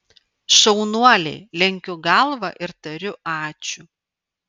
šaunuoliai lenkiu galvą ir tariu ačiū